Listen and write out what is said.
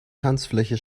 tanzfläche